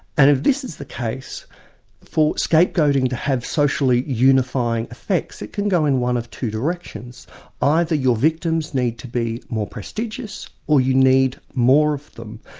and if this is the case for scapegoating to have socially unifying effects, it can go in one of two directions either your victims need to be more prestigious or you need more of them.